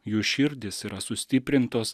jų širdys yra sustiprintos